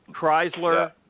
Chrysler